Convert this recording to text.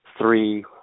three